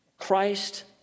Christ